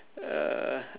uh